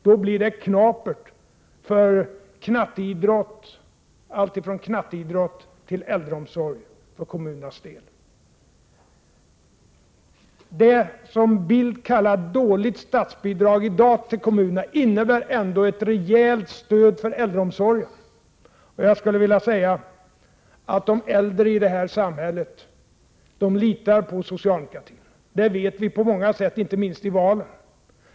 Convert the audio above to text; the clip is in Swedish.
Då blir det knapert, när det gäller allt från knatteidrott till äldreomsorg, för kommunernas del. Det som Carl Bildt kallar dåligt statsbidrag i dag till kommunerna innebär ändå ett rejält stöd för äldreomsorgen. Och jag skulle vilja säga att de äldre i det här landet litar på socialdemokratin. Det vet vi på många sätt, inte minst vid valen.